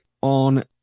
on